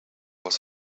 was